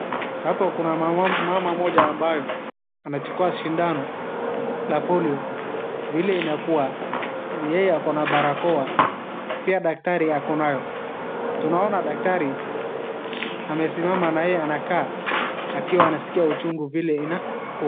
Hapa kuna mama mmoja ambayo anachukua sindano la polio. Vile inakua ni yeye ako na barakoa pia daktari ako nayo. Tunaona daktari amesimama na yeye anakaa akiwa anaskia uchungu vile inakua.